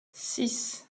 six